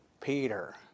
Peter